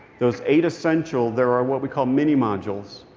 those eight essential there are what we call mini-modules.